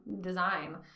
design